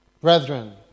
brethren